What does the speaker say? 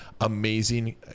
amazing